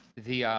the ah